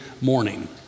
morning